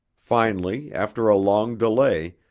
finally, after a long delay,